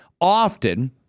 often